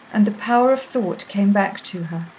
and the power of thought came back to her.